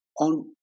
on